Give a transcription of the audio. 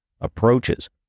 approaches